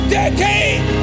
decade